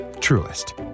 Truest